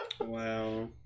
Wow